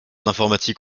d’informatique